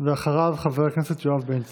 ואחריו, חבר הכנסת יואב בן צור.